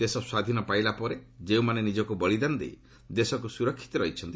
ଦେଶ ସ୍ୱାଧୀନ ପାଇଲା ପରେ ଯେଉଁମାନେ ନିଜକୁ ବଳିଦାନ ଦେଇ ଦେଶକୁ ସୁରକ୍ଷିତ ରଖିଛନ୍ତି